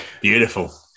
Beautiful